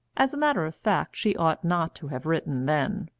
as a matter of fact she ought not to have written then,